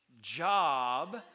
job